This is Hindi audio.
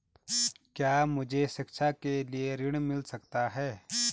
क्या मुझे शिक्षा के लिए ऋण मिल सकता है?